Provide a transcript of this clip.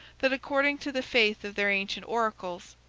that according to the faith of their ancient oracles,